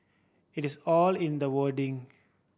it is all in the wording